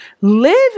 live